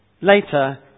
later